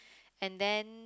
and then